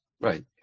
Right